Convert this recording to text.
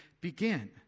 begin